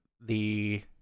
the-